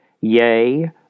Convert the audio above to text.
Yea